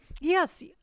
yes